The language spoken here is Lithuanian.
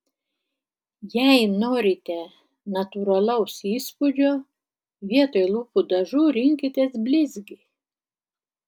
jei norite natūralaus įspūdžio vietoj lūpų dažų rinkitės blizgį